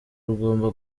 rugomba